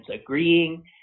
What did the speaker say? agreeing